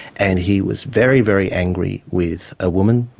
and he was very, very angry with a woman.